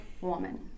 woman